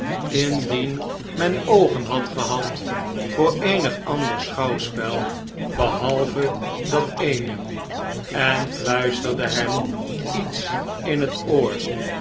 indien men oogen had gehad voor eenig ander schouwspel behalve dat eene en fluisterde hem iets in het oor